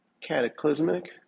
Cataclysmic